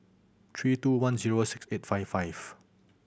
three two one zero six eight five five